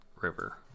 river